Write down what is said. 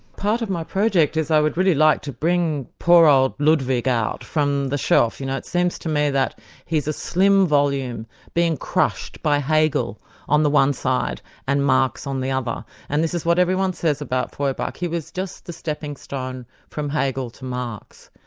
part of my project is i would really like to bring poor old ludwig out from the shelf. you know, it seems to me that he's a slim volume being crushed by hegel on the one side and marx on the other. and this is what everyone says about feuerbach he was just the stepping stone from hegel to marx.